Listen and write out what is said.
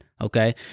okay